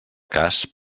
cas